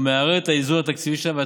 ומערער את האיזון התקציבי שלהן.